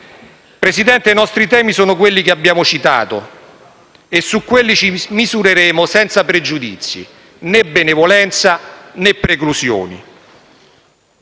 Presidente, i nostri temi sono quelli che abbiamo citato e su quelli ci misureremo, senza pregiudizi: né benevolenza, né preclusioni.